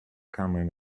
kamen